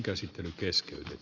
kyllösen esitystä